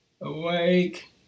Awake